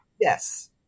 Yes